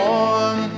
one